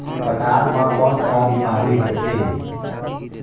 पातल म कौन का बीमारी होथे?